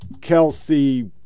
Kelsey